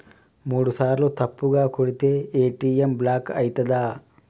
మూడుసార్ల తప్పుగా కొడితే ఏ.టి.ఎమ్ బ్లాక్ ఐతదా?